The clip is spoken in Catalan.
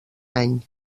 any